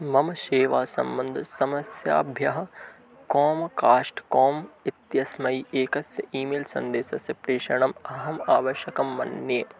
मम सेवासम्बन्धसमस्याभ्यः Comcast com इत्यस्मै एकस्य ई मेल् सन्देशस्य प्रेषणम् अहम् आवश्यकं मन्ये